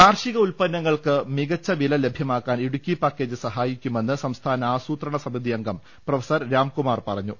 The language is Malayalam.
കാർഷിക ഉൽപ്പന്നങ്ങൾക്ക് മികച്ചുവില ലഭ്യമാക്കാൻ ഇടുക്കി പാക്കേജ് സഹായിക്കുമെന്ന് സംസ്ഥാന ആസുത്രണ സമിതി അംഗം പ്രൊഫ രാം കുമാർ പറഞ്ഞു